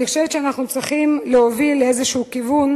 אני חושבת שאנחנו צריכים להוביל לאיזשהו כיוון